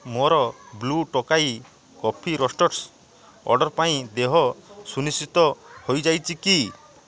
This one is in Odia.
ମୋର Blue Tokai Coffee Roasters order ପାଇଁ ଦେହ ସୁନିଶ୍ଚିତ ହୋଇଯାଇଛି କି